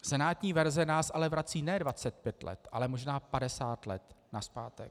Senátní verze nás ale vrací ne 25 let, ale možná 50 let nazpátek.